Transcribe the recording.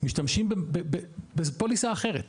משתמשים בפוליסה אחרת.